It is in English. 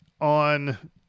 on